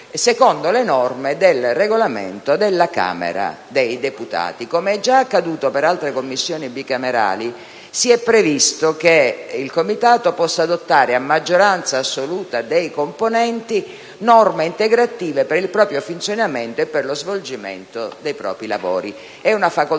secondo le norme del Regolamento della Camera dei deputati. Come è già accaduto per altre Commissioni bicamerali, si è previsto che il Comitato possa adottare, a maggioranza assoluta dei componenti, norme integrative per il proprio funzionamento e per lo svolgimento dei propri lavori. Si tratta di una